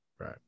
Right